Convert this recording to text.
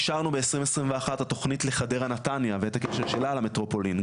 אישרנו ב-2021 את התוכנית לחדרה נתניה ואת הקשר שלה למטרופולין,